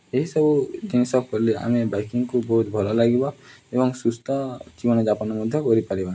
ଏହିସବୁ ଜିନିଷ କଲେ ଆମେ ବାଇକିଂକୁ ବହୁତ ଭଲ ଲାଗିବ ଏବଂ ସୁସ୍ଥ ଜୀବନଯାପନ ମଧ୍ୟ କରିପାରିବା